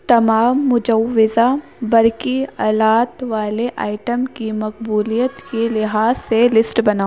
تمام مجوزہ برکی الات والے آئٹم کی مقبولیت کے لحاظ سے لیسٹ بناؤ